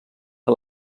que